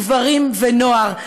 גברים ונוער.